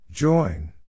Join